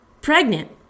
Pregnant